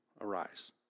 Arise